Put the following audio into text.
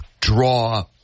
draw